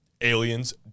aliens